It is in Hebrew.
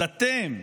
אז אתם,